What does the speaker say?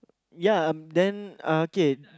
ya then uh okay